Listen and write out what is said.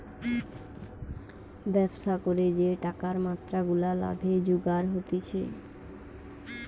ব্যবসা করে যে টাকার মাত্রা গুলা লাভে জুগার হতিছে